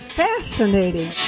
fascinating